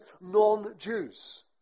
non-Jews